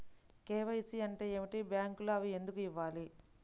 KYC అంటే ఏమిటి? బ్యాంకులో అవి ఎందుకు ఇవ్వాలి?